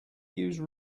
use